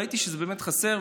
ראיתי שזה באמת חסר.